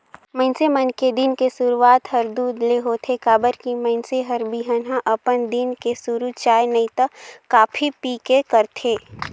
मइनसे मन के दिन के सुरूआत हर दूद ले होथे काबर की मइनसे हर बिहनहा अपन दिन के सुरू चाय नइ त कॉफी पीके करथे